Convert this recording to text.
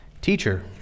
Teacher